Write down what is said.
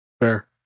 Fair